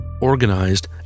organized